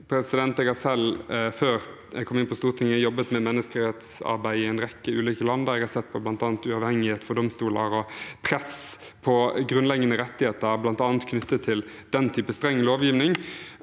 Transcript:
Jeg har selv – før jeg kom inn på Stortinget – jobbet med menneskerettsarbeid i en rekke ulike land. Da har jeg bl.a. sett på uavhengighet for domstoler og press på grunnleggende rettigheter, f.eks. knyttet til den typen streng lovgivning,